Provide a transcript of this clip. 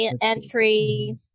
entry